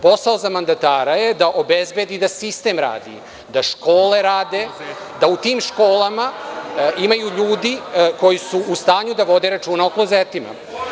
Posao za mandatara je da obezbedi da sistem radi, da škole rade, da u tim školama imaju ljudi koji su u stanju da vode računa o klozetima.